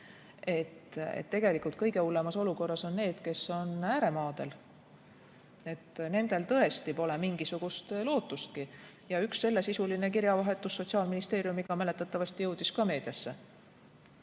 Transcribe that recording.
– tegelikult kõige hullemas olukorras on need, kes on ääremaadel. Nendel tõesti pole mingisugust lootust. Üks sellesisuline kirjavahetus Sotsiaalministeeriumiga mäletatavasti jõudis ka meediasse.